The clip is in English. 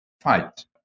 fight